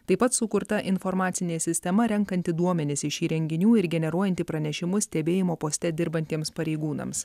taip pat sukurta informacinė sistema renkanti duomenis iš įrenginių ir generuojanti pranešimus stebėjimo poste dirbantiems pareigūnams